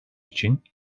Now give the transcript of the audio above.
için